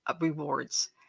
rewards